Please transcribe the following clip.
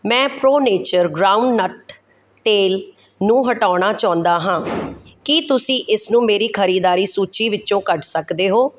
ਮੈਂ Pro Nature groundnut ਤੇਲ ਨੂੰ ਹਟਾਉਣਾ ਚਾਹੁੰਦਾ ਹਾਂ ਕੀ ਤੁਸੀਂ ਇਸਨੂੰ ਮੇਰੀ ਖਰੀਦਦਾਰੀ ਸੂਚੀ ਵਿੱਚੋਂ ਕੱਢ ਸਕਦੇ ਹੋ